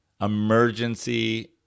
emergency